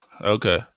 Okay